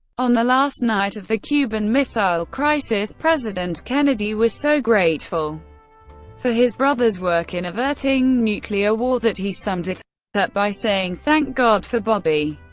on the last night of the cuban missile crisis, president kennedy was so grateful for his brother's work in averting nuclear war that he summed it up by saying, thank god for bobby.